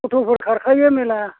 थथ'फोर खारखायो मेल्ला